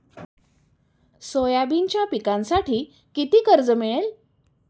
सोयाबीनच्या पिकांसाठी किती कर्ज मिळेल?